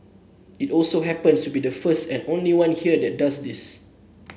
it also happens to be the first and only one here that does this